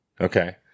Okay